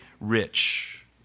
rich